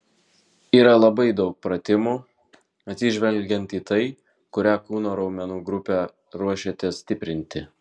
yra labai daug pratimų atsižvelgiant į tai kurią kūno raumenų grupę ruošiatės stiprinti